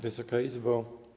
Wysoka Izbo!